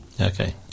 Okay